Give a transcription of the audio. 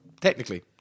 technically